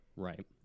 Right